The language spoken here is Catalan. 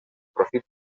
profit